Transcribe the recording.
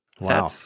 Wow